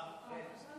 לוין: